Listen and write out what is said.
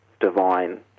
divine